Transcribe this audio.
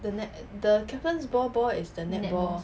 the net~ the captain's ball ball is the netball